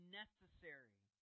necessary